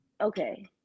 okay